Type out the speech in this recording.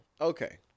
Okay